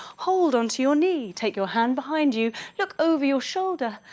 hold onto your knee, take your hand behind you, look over your shoulder,